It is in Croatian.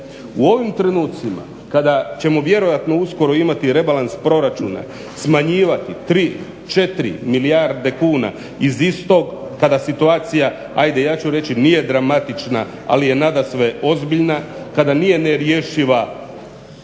U ovim trenucima kada ćemo vjerojatno uskoro imati rebalans proračuna smanjivati 3, 4 milijarde kuna iz istog kada situacija ajde ja ću reći nije dramatična, ali je nadasve ozbiljna, kada nije nerješiva